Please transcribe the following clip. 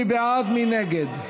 מי בעד, מי נגד.